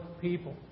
people